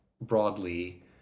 broadly